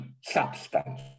substance